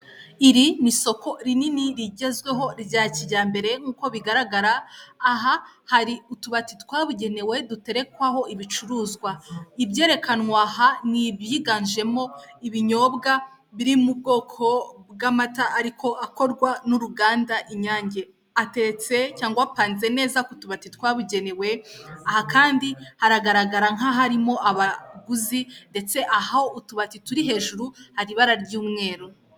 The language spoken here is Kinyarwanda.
Iri ni isoko rinini rigezweho rya kijyambere nkuko bigaragara aha hari utubati twabugenewe duterekwaho ibicuruzwa, ibyerekanwa aha ni ibyiganjemo ibinyobwa biri mu bwoko bw'amata ariko akorwa n'uruganda inyange, atetse cyangwa apananze neza ku tubati twabugenewe, aha kandi haragaragara nk'aharimo abaguzi ndetse aho utubati turi hejuru hari ibara ry'umweru.